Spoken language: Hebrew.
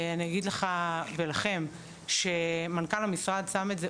אני אגיד לך ולכם שמנכ"ל המשרד שם את זה,